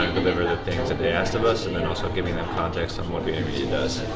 the things that they asked of us. and then also giving them context on what vayner media does.